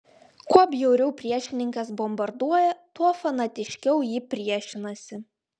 kuo bjauriau priešininkas bombarduoja tuo fanatiškiau ji priešinasi